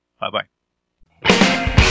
Bye-bye